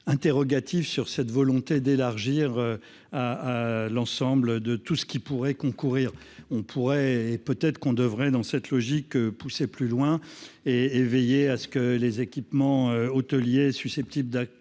Interrogatif sur cette volonté d'élargir. À l'ensemble de tout ce qui pourrait concourir on pourrait et peut-être qu'on devrait dans cette logique pousser plus loin et et veiller à ce que les équipements hôteliers susceptibles d'accueillir